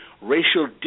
racial